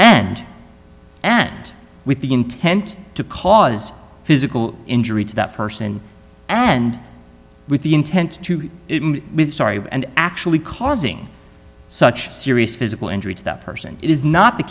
and and with the intent to cause physical injury to that person and with the intent to sorry and actually causing such serious physical injury to that person it is not the